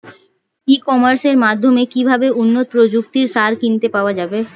ই কমার্সের মাধ্যমে কিভাবে উন্নত প্রযুক্তির সার কিনতে পাওয়া যাবে?